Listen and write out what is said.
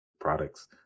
products